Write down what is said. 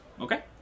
Okay